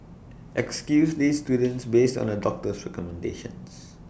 excuse these students based on A doctor's recommendations